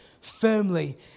firmly